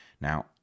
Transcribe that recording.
Now